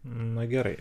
na gerai